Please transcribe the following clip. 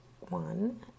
one